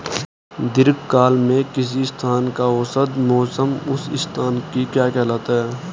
दीर्घकाल में किसी स्थान का औसत मौसम उस स्थान की क्या कहलाता है?